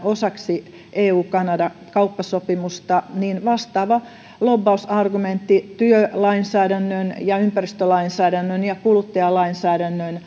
osaksi eu kanada kauppasopimusta niin vastaava lobbausargumentti työlainsäädännön ja ympäristölainsäädännön ja kuluttajalainsäädännön